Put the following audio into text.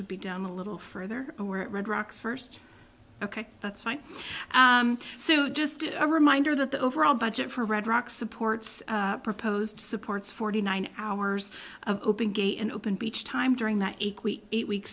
would be down a little further red rocks first ok that's fine so just a reminder that the overall budget for red rocks supports proposed supports forty nine hours of open gate and open beach time during that eight week eight week